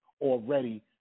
already